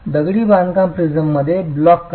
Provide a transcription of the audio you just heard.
दगडी बांधकाम प्रिझममध्येच ब्लॉक करा